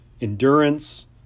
endurance